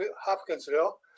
hopkinsville